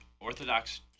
Orthodox